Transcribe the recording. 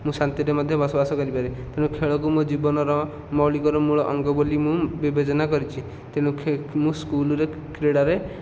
ମୁଁ ଶାନ୍ତିରେ ମଧ୍ୟ ବସବାସ କରିପାରେ ତେଣୁ ଖେଳକୁ ମୋ ଜୀବନର ମୌଳିକର ମୂଳ ଅଙ୍ଗ ବୋଲି ମୁଁ ବିବେଚନା କରିଛି ତେଣୁ ମୁଁ ସ୍କୁଲରେ କ୍ରୀଡ଼ାରେ